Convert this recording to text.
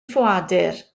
ffoadur